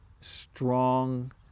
strong